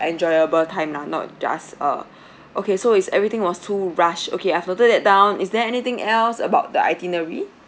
enjoyable time ah not just uh okay so is everything was too rushed okay I've noted that down is there anything else about the itinerary